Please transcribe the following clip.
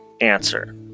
Answer